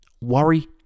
Worry